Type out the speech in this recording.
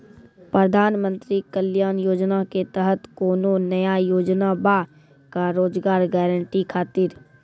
प्रधानमंत्री कल्याण योजना के तहत कोनो नया योजना बा का रोजगार गारंटी खातिर?